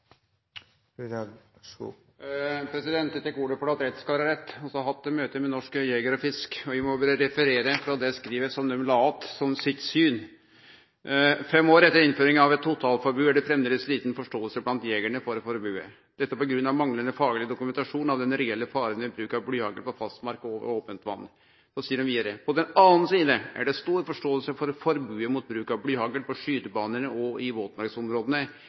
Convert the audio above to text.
har hatt møte med Norges Jeger- og Fiskerforbund, og eg må berre referere frå det skrivet som dei la fram som sitt syn: «Fem år etter innføring av et totalforbud er det fremdeles liten forståelse blant jegerne for forbudet. Dette på grunn av manglende faglig dokumentasjon av den reelle faren ved bruk av blyhagl på fastmark og over åpent vann.» Dei seier vidare: «På den annen side er det stor forståelse for forbudet mot bruk av blyhagl på skytebanene og i våtmarksområdene,